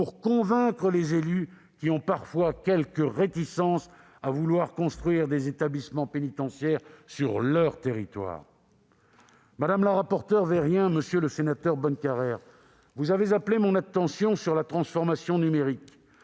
pour convaincre les élus qui ont parfois quelques réticences à vouloir construire des établissements pénitentiaires sur leur territoire. Madame la rapporteure pour avis Vérien, monsieur le sénateur Bonnecarrère, vous avez appelé mon attention sur la rénovation numérique